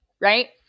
Right